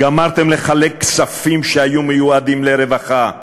גמרתם לחלק כספים שהיו מיועדים לרווחה,